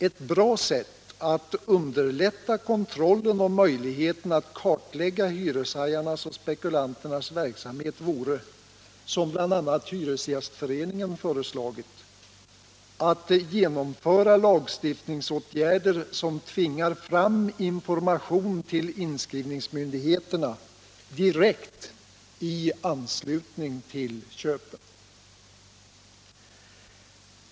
Ett bra sätt att underlätta kontrollen och möjligheten att kartlägga hyreshajarnas och spekulanternas verksamhet vore, som bl.a. Hyresgästföreningen i Stor-Stockholm föreslagit, att genomföra lagstiftningsåtgärder som tvingar fram information till inskrivningsmyndigheterna direkt i anslutning till köpet.